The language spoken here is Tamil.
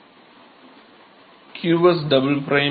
மாணவர் ஆம் மாணவர் qs டபுள் பிரைம்